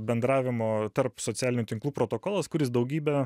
bendravimo tarp socialinių tinklų protokolas kuris daugybę